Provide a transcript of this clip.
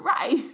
Right